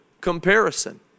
comparison